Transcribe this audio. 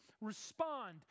respond